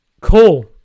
cool